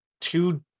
two